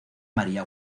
maría